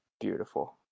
beautiful